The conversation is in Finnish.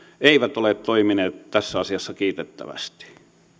eivät ole toimineet tässä asiassa kiitettävästi